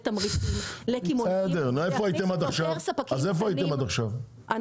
תמריץ לקמעונאים להכניס יותר ספקים קטנים.